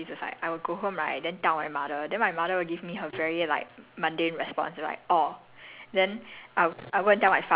old old ya I have an old personality so how I celebrate victories is like I will go home right then tell my mother then my mother will give me her very like